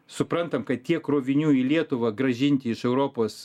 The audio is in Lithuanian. suprantam kad tiek krovinių į lietuvą grąžinti iš europos